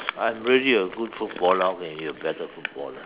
I'm really a good footballer when you better footballer